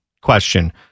question